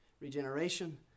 regeneration